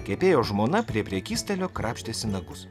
kepėjo žmona prie prekystalio krapštėsi nagus